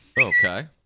Okay